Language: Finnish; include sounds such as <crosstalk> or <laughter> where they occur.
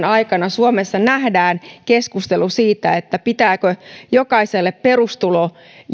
<unintelligible> aikana suomessa nähdään keskustelu siitä pitääkö jokaiselle perustulo